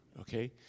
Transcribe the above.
okay